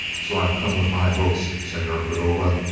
so i've come with high hopes, senor cordova,